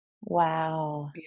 Wow